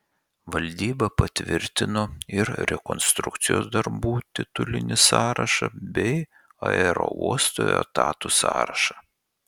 valdyba patvirtino ir rekonstrukcijos darbų titulinį sąrašą bei aerouosto etatų sąrašą